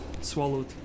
Swallowed